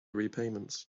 repayments